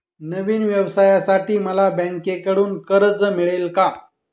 नवीन व्यवसायासाठी मला बँकेकडून कर्ज मिळेल का?